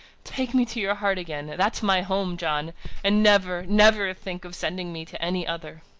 take me to your heart again! that's my home, john and never, never think of sending me to any other!